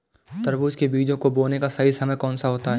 तरबूज के बीजों को बोने का सही समय कौनसा होता है?